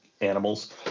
animals